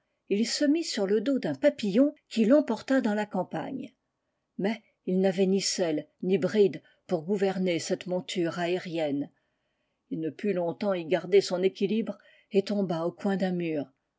il se mit sur le dos d'un papillon qui l'emporta dans la campagne mais il n'avait ni selle ni bride pour gouverner cette monture aérienne il ne put longtemps y garder son équilibre et tomba au coin d'un mur